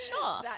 Sure